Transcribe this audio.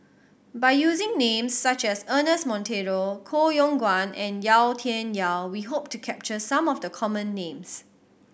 by using names such as Ernest Monteiro Koh Yong Guan and Yau Tian Yau we hope to capture some of the common names